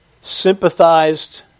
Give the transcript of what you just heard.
sympathized